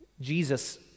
Jesus